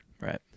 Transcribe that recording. Right